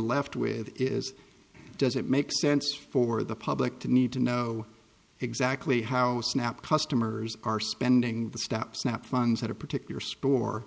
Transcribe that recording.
left with is does it make sense for the public to need to know exactly how snap customers are spending the steps not funds at a particular store